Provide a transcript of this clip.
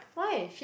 why